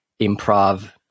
improv